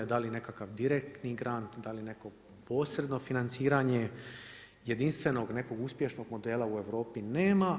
Da li nekakav direktni grand, da li neko posredno financiranje, jedinstvenog nekog uspješnog modela u Europi nema.